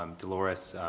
um delores,